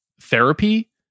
therapy